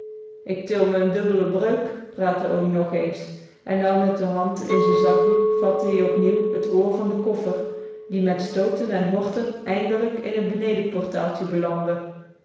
ik til me n dubbele breuk praatte oom nog eens en nou met de hand in z'n zakdoek vatte ie opnieuw t oor van den koffer die met stooten en horten eindelijk in t beneden portaaltje belandde